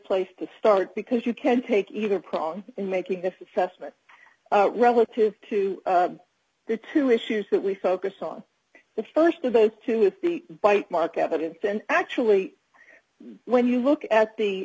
place to start because you can take either prong in making this assessment relative to the two issues that we focus on the st of those two is the bite mark evidence and actually when you look at